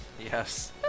yes